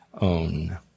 own